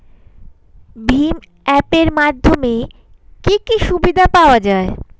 ভিম app এর মাধ্যমে কি কি সুবিধা পাওয়া যায়?